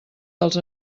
dels